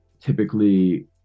typically